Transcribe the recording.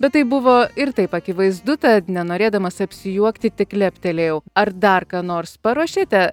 bet tai buvo ir taip akivaizdu tad nenorėdamas apsijuokti tik leptelėjau ar dar ką nors paruošėte